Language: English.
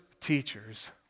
teachers